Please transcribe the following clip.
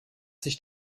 sich